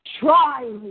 try